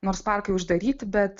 nors parkai uždaryti bet